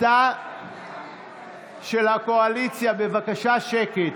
התא של הקואליציה, בבקשה שקט.